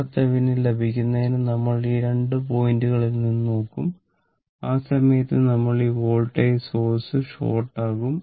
RThevenin ലഭിക്കുന്നതിന് നമ്മൾ ഈ 2 പോയിന്റുകളിൽ നിന്ന് നോക്കും ആ സമയത്ത് നമ്മൾ ഈ വോൾട്ടേജ് സോഴ്സ് ഷോർട്ട് ആകും